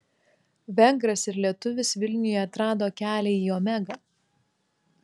vengras ir lietuvis vilniuje atrado kelią į omegą